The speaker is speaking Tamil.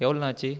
எவ்வளோண்ணா ஆச்சு